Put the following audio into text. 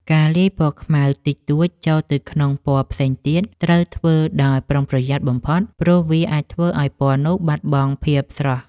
ការលាយពណ៌ខ្មៅតិចតួចចូលទៅក្នុងពណ៌ផ្សេងទៀតត្រូវធ្វើដោយប្រុងប្រយ័ត្នបំផុតព្រោះវាអាចធ្វើឱ្យពណ៌នោះបាត់បង់ភាពស្រស់។